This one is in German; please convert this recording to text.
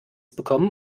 bekommen